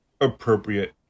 appropriate